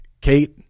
Kate